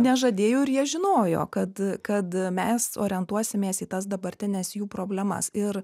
nežadėjau ir jie žinojo kad kad mes orientuosimės į tas dabartines jų problemas ir